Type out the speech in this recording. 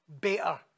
better